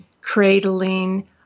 cradling